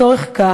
לצורך כך,